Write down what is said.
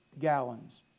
gallons